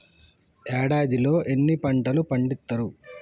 ఏడాదిలో ఎన్ని పంటలు పండిత్తరు?